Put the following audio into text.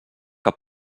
que